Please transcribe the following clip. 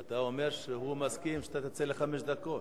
אתה אומר שהוא מסכים שאתה תצא לחמש דקות.